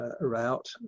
route